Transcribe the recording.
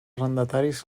arrendataris